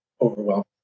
overwhelmed